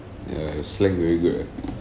ya your slang very good ah